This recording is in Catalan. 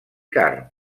carn